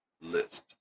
list